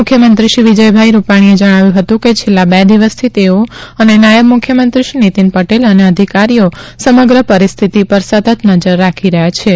મુખ્યમંત્રીશ્રી વિજયભાઇ રૂપાણીએ જણાવ્યું હતુ કે છેલ્લાં બે દિવસથી તેઓ અને નાયબ મુખ્યમંત્રીશ્રી નીતિન પટેલ અને અધિકારીઓ સમગ્ર પરિસ્થિતિ પર સતત નજર રાખી રહ્યા છીએ